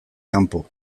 kanpo